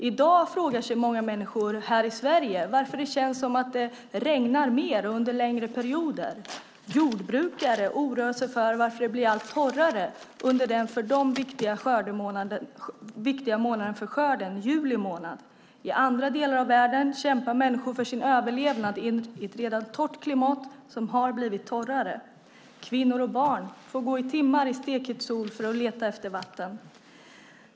I dag frågar sig många människor här i Sverige varför det känns som att det regnar mer och under längre perioder. Jordbrukare oroar sig för varför det blir allt torrare under den för dem viktiga månaden för skörden, juli månad. I andra delar av världen kämpar människor för sin överlevnad i ett redan torrt klimat som har blivit torrare. Kvinnor och barn får gå i timmar i stekhet sol för att leta efter vatten.